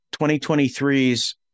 2023's